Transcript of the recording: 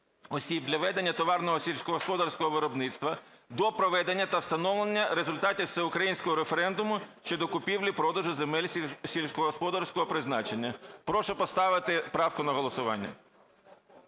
Прошу поставити правку на голосування.